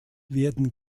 werden